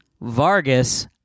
Vargas